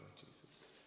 Jesus